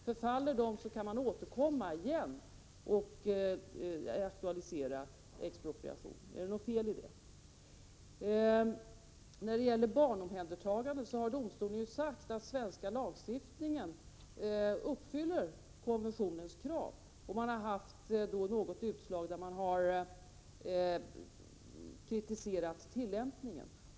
Förfaller dessa kan man återkomma och aktualisera expropriation igen. Är det något fel i detta? När det gäller barnomhändertaganden har domstolen sagt att den svenska lagstiftningen uppfyller konventionens krav. I något utslag har man kritiserat tillämpningen.